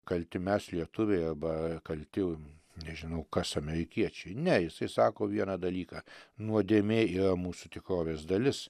kalti mes lietuviai arba kalti nežinau kas amerikiečiai ne jisai sako vieną dalyką nuodėmė yra mūsų tikrovės dalis